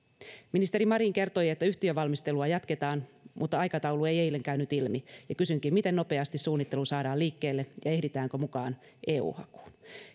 ministeri marin kertoi että yhtiön valmistelua jatketaan mutta aikataulu ei eilen käynyt ilmi kysynkin miten nopeasti suunnittelu saadaan liikkeelle ja ehditäänkö mukaan eu hakuun